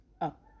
up